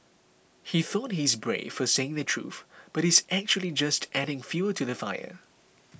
he thought he's brave for saying the truth but he's actually just adding fuel to the fire